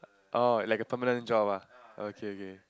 oh like a permanent job ah okay okay